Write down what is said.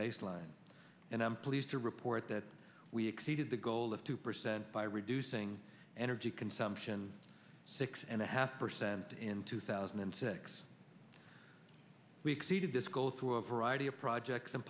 baseline and i'm pleased to report that we exceeded the goal of two percent by reducing energy consumption six and a half percent in two thousand and six we exceeded this go through a variety of projects